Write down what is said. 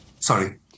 sorry